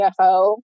CFO